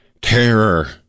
Terror